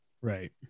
right